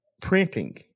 printing